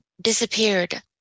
disappeared